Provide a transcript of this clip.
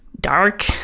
dark